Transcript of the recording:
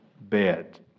bed